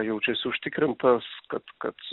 jaučiasi užtikrintas kad kad